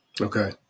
Okay